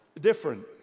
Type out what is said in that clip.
different